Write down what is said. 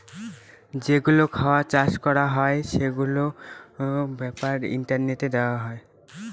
যেগুলো খাবার চাষ করা হয় সেগুলোর ব্যাপারে ইন্টারনেটে দেয়